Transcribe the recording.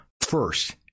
first